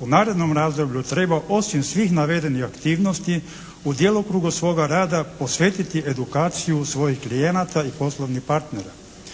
u narednom razdoblju treba osim svih navedenih aktivnosti u djelokrugu svoga rada posvetiti edukaciju svojih klijenata i poslovnih partnera.